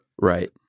right